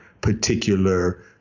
particular